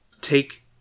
take